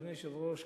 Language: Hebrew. אדוני היושב-ראש,